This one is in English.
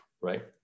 right